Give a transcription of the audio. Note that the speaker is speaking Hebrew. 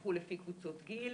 שדווחו לפי קבוצות גיל.